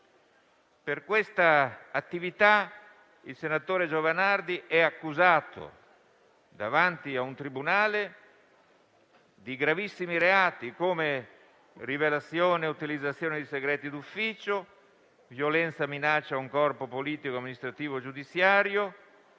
Per questa attività, il senatore Giovanardi è accusato davanti a un tribunale di gravissimi reati come rivelazione e utilizzazione di segreti d'ufficio, violenza e minaccia a un corpo politico amministrativo o giudiziario,